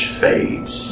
fades